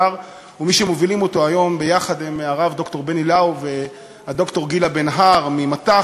ומי שמובילים אותו היום יחד הם הרב ד"ר בני לאו וד"ר גילה בן הר ממט"ח,